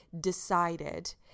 decided